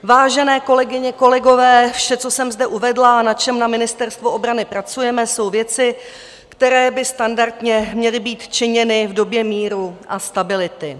Vážené kolegyně, kolegové, vše, co jsem zde uvedla, na čem na Ministerstvu obrany pracujeme, jsou věci, které by standardně měly být činěny v době míru a stability.